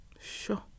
Sure